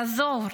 לעזור,